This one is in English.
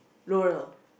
L'oreal